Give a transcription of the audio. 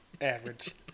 Average